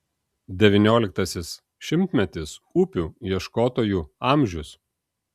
devynioliktasis šimtmetis upių ieškotojų amžius